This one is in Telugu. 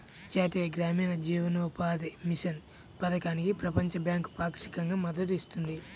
జాతీయ గ్రామీణ జీవనోపాధి మిషన్ పథకానికి ప్రపంచ బ్యాంకు పాక్షికంగా మద్దతు ఇస్తుంది